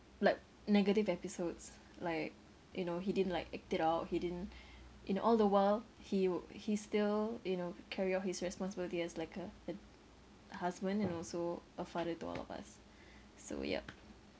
like negative episodes like you know he didn't like act it out he didn't you know all the while he he still you know carry out his responsibility as like a a husband and also a father to all of us so yup